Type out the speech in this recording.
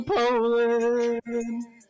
Poland